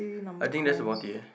I think that's about it eh